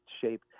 shape